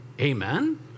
Amen